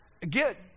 Get